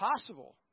possible